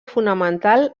fonamental